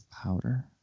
powder